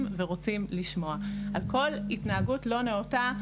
ורוצים לשמוע על כל התנהגות לא נאותה,